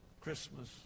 Christmas